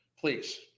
please